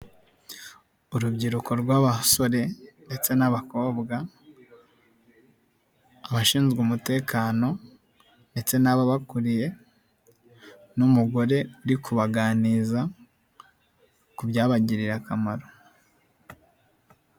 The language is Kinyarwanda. Urubyiruko rw'abasore ndetse n'abakobwa, abashinzwe umutekano ndetse n'ababakuriye n'umugore uri kubaganiriza ku byabagirira akamaro.